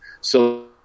So-